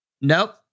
Nope